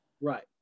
Right